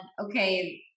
okay